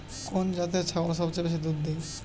কোন জাতের ছাগল সবচেয়ে বেশি দুধ দেয়?